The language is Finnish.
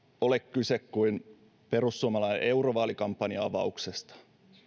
ole kyse kuin perussuomalaisten eurovaalikampanjan avauksesta